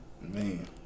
Man